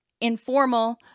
informal